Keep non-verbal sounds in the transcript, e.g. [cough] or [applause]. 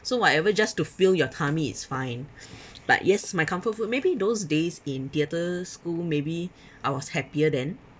so whatever just to fill your tummy is fine [breath] but yes my comfort food maybe those days in theatre school maybe [breath] I was happier then